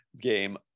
game